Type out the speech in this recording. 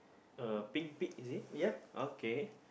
a pink pig is it okay